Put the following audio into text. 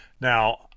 Now